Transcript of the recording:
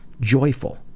Joyful